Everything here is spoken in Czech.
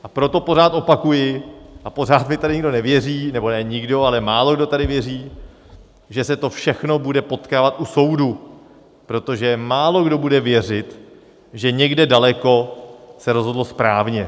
A proto pořád opakuji a pořád mi tady nikdo nevěří, nebo ne nikdo, ale málokdo tady věří, že se to všechno bude potkávat u soudu, protože málokdo bude věřit, že někde daleko se rozhodlo správně.